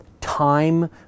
time